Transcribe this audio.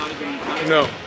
No